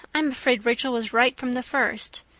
i'm afraid rachel was right from the first.